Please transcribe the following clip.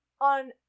on